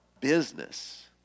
business